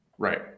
Right